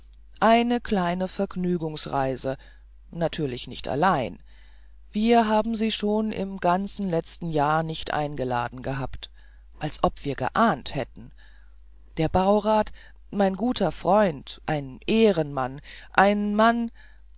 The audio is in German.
eine kleine vergnügungsreise natürlich nicht allein wir haben sie schon im ganzen letzten jahr nicht eingeladen gehabt als ob wir geahnt hätten der baurat mein guter freund ein ehrenmann ein mann